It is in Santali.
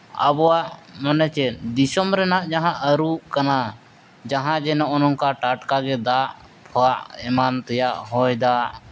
ᱟᱵᱚᱣᱟᱜ ᱢᱟᱱᱮ ᱪᱮᱫ ᱫᱤᱥᱚᱢ ᱨᱮᱱᱟᱜ ᱡᱟᱦᱟᱸ ᱟᱹᱨᱩᱜ ᱠᱟᱱᱟ ᱡᱟᱦᱟᱸ ᱡᱮ ᱱᱚᱜᱼᱚ ᱱᱚᱝᱠᱟ ᱴᱟᱴᱠᱟᱜᱮ ᱫᱟᱜ ᱯᱷᱟᱜ ᱮᱢᱟᱱ ᱛᱮᱭᱟᱜ ᱦᱚᱭᱼᱫᱟᱜ